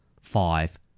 five